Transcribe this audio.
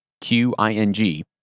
Q-I-N-G